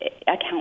account